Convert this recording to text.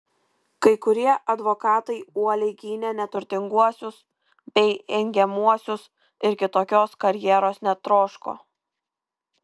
kai kurie advokatai uoliai gynė neturtinguosius bei engiamuosius ir kitokios karjeros netroško